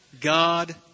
God